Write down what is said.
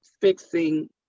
fixing